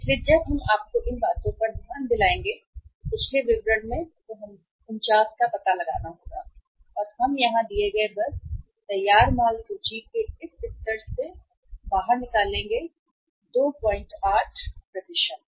इसलिए जब हम अगर आपको इन बातों पर ध्यान दिया जाए तो पिछले विवरण में वापस जाने पर 49 का पता लगाना होगा हमें यहाँ दिए गए बस आप तैयार माल सूची के इस स्तर को बाहर निकालें जो 28 है एक प्रतिशत